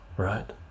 Right